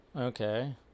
Okay